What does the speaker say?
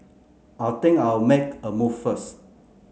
I think I'll make a move first